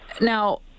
Now